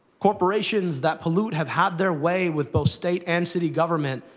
corporations that pollute have had their way, with both state and city government,